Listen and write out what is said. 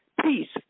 peace